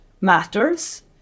matters